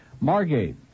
Margate